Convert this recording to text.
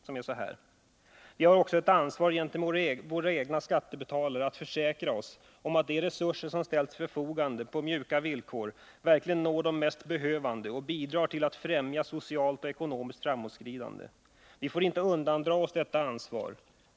Det lyder: ”Vi har också ett ansvar gentemot våra egna skattebetalare att försäkra oss om att de resurser som ställs till förfogande på mjuka villkor verkligen når de mest behövande och bidrar till att främja socialt och ekonomiskt framåtskridande. Vi får inte undandra oss detta ansvar.